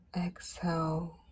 exhale